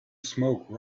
smoke